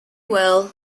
well